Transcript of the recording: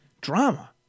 drama